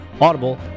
Audible